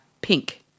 pink